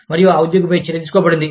మరియు ఆ ఉద్యోగిపై చర్య తీసుకోబడింది